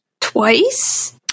Twice